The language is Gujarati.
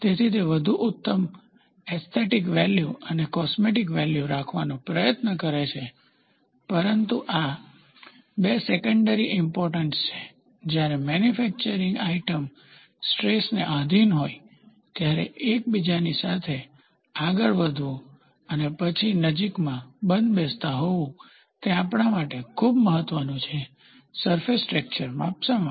તેથી તે વધુ ઉત્તમ એસ્થેટીક વેલ્યુ અને કોસ્મેટિક વેલ્યુ રાખવાનો પ્રયત્ન કરે છે પરંતુ આ 2 સેકન્ડરી ઇમ્પોર્ટન્સ છે જ્યારે મેન્યુફેકચરીંગ આઇટમ સ્ટ્રેસને આધિન હોય ત્યારે એક બીજાની સાથે આગળ વધવું અને પછી નજીકમાં બંધબેસતા હોવું તે આપણા માટે ખૂબ મહત્વનું છે સરફેસ ટેક્સચર માપવા માટે